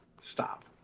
stop